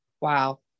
Wow